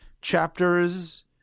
chapters